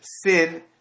Sin